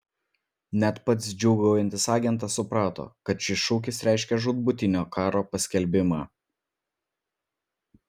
net pats džiūgaujantis agentas suprato kad šis šūkis reiškia žūtbūtinio karo paskelbimą